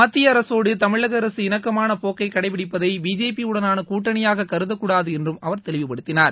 மத்திய அரசோடு தமிழக அரசு இணக்கமான போக்கை கடைபிடிப்பதை பிஜேபி யுடனான கூட்டணியாக கருதக்கூடாது என்றும் அவர் தெளிவுபடுத்தினார்